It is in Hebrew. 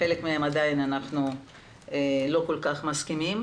בחלק מהם אנחנו עדיין לא כל כך מסכימים.